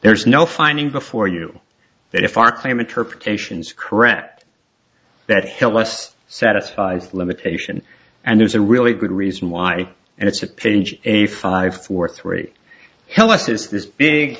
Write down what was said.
there is no finding before you that if our claim interpretation is correct that held less satisfied limitation and there's a really good reason why and it's a page a five four three